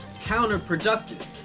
counterproductive